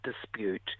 dispute